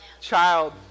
child